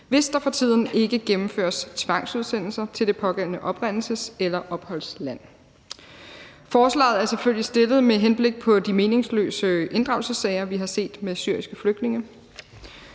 hvis der for tiden ikke gennemføres tvangsudsendelser til det pågældende oprindelses- eller opholdsland. Forslaget er selvfølgelig fremsat med henblik på de meningsløse inddragelsessager, vi har set med syriske flygtninge.